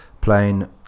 playing